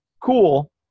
cool